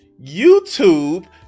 YouTube